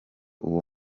uwo